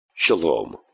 Shalom